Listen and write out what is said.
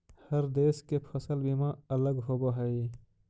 हर देश के फसल बीमा अलग होवऽ हइ